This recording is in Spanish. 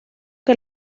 que